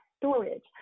storage